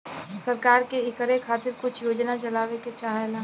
सरकार के इकरे खातिर कुछ योजना चलावे के चाहेला